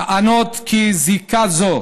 טענות כי זיקה זו